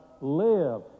live